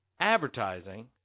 advertising